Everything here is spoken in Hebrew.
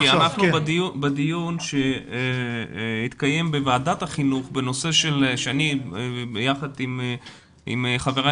בדיון שהתקיים בוועדת החינוך בנושא שאני יחד עם חבריי